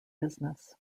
business